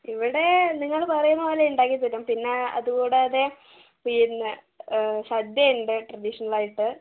ഇവിടെ നിങ്ങൾ പറയുന്ന പോലെ ഉണ്ടാക്കിത്തരും പിന്നെ അതുകൂടാതെ പിന്നെ സദ്യ ഉണ്ട് ട്രഡീഷണൽ ആയിട്ട്